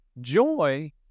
Joy